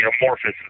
amorphous